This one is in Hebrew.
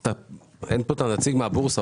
לא נמצא כאן נציג הבורסה,